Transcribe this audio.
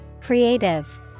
Creative